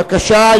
בבקשה.